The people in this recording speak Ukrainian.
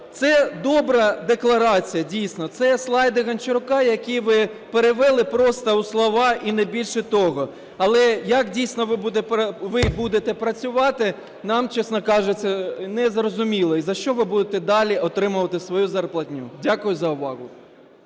це добра декларація дійсно, це слайди Гончарука, які ви перевели просто у слова, і не більше того. Але як дійсно ви будете працювати, нам, чесно кажучи, не зрозуміло, і за що ви будете далі отримувати свою зарплатню. Дякую за увагу.